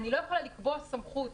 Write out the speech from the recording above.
אני לא יכולה לקבוע סמכות,